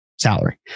salary